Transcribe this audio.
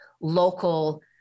local